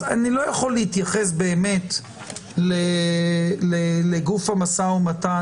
אז אני לא יכול להתייחס באמת לגוף המשא ומתן